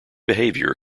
behavior